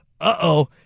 uh-oh